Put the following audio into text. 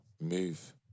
move